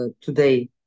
today